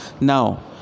Now